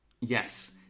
Yes